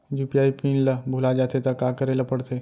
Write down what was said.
UPI PIN ल भुला जाथे त का करे ल पढ़थे?